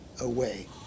away